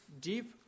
deep